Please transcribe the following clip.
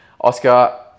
Oscar